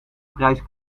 prijs